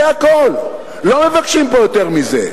זה הכול, לא מבקשים פה יותר מזה.